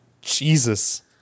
Jesus